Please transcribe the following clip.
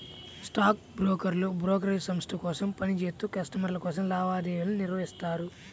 stock బ్రోకర్లు brokerage సంస్థ కోసం పని చేత్తూ కస్టమర్ల కోసం లావాదేవీలను నిర్వహిత్తారు